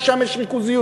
ששם יש ריכוזיות.